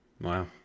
Wow